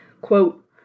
Quote